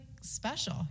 special